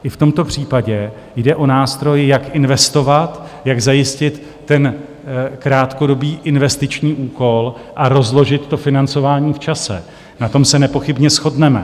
I v tomto případě jde o nástroj, jak investovat, jak zajistit krátkodobý investiční úkol a rozložit financování v čase, na tom se nepochybně shodneme.